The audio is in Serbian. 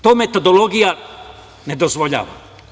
To metodologija ne dozvoljava.